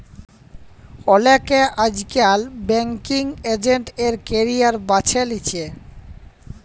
অলেকে আইজকাল banking agent এর ক্যারিয়ার বাছে লিছে